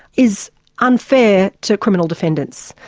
is unfair to criminal defendants.